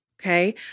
Okay